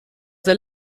sehr